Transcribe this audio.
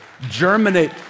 germinate